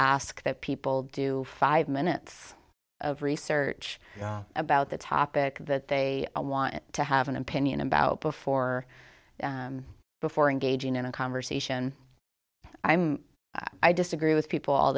ask that people do five minutes of research about the topic that they want to have an opinion about before before engaging in a conversation i'm i disagree with people all